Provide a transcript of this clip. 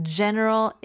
general